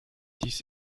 dies